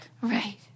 right